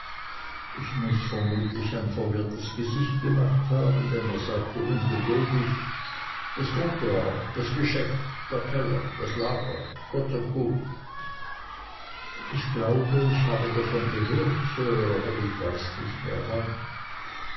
ich muß vermutlich ein verwirrtes gesicht gemacht haben denn er sagte ungeduldig das comptoir das geschäft der keller das lager kurz und gut ich glaube ich habe davon gehört sir aber ich weiß nicht mehr wann